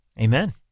Amen